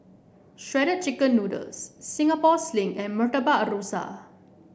Shredded Chicken Noodles Singapore Sling and Murtabak Rusa